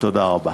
תודה רבה.